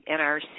NRC